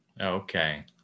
Okay